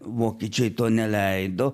vokiečiai to neleido